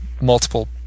multiple